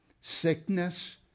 sickness